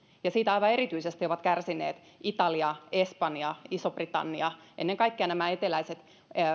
ja siitä aivan erityisesti ovat kärsineet italia espanja iso britannia ennen kaikkea nämä eteläiset